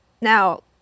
Now